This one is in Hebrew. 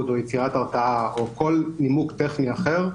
או יצירת הרתעה או כל נימוק טכני אחר,